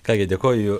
ką gi dėkoju